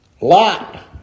Lot